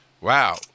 Wow